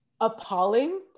appalling